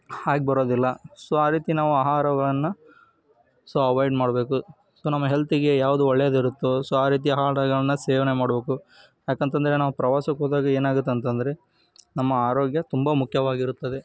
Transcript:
ಆಗಿ ಬರೋದಿಲ್ಲ ಸೊ ಆ ರೀತಿ ನಾವು ಆಹಾರಗಳನ್ನು ಸೊ ಅವೈಡ್ ಮಾಡಬೇಕು ಸೊ ನಮ್ಮ ಹೆಲ್ತಿಗೆ ಯಾವ್ದು ಒಳ್ಳೆಯದಿರುತ್ತೋ ಸೊ ಆ ರೀತಿ ಆಹಾರಗಳನ್ನು ಸೇವನೆ ಮಾಡಬೇಕು ಯಾಕಂತ ಅಂದ್ರೆ ನಾವು ಪ್ರವಾಸಕ್ಕೆ ಹೋದಾಗ ಏನಾಗುತ್ತೆ ಅಂತ ಅಂದ್ರೆ ನಮ್ಮ ಆರೋಗ್ಯ ತುಂಬ ಮುಖ್ಯವಾಗಿರುತ್ತದೆ